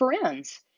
friends